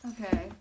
Okay